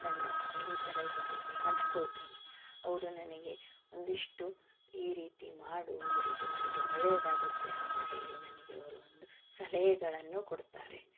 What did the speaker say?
ನನ್ನ ಸ್ನೇಹಿತರ ಜೊತೆಗೆ ಹಂಚ್ಕೊಳ್ತೀನಿ ಅವರು ನನಗೆ ಒಂದಿಷ್ಟು ಈ ರೀತಿ ಮಾಡು ಈ ರೀತಿ ಮಾಡಿದರೆ ಒಳ್ಳೆಯದಾಗತ್ತೆ ಅಂತ ಹೇಳಿ ನನಗೆ ಅವರು ಒಂದು ಸಲಹೆಗಳನ್ನು ಕೊಡ್ತಾರೆ